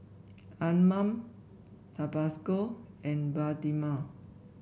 Anmum Tabasco and Bioderma